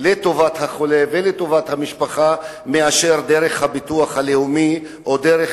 לטובת החולה ולטובת המשפחה מאשר דרך הביטוח הלאומי או דרך